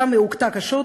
שם היא הוכתה קשות,